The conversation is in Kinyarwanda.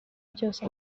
byose